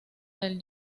del